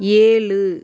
ஏழு